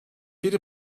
biri